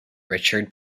richard